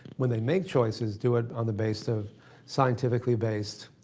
when they make choices, do it on the base of scientifically based,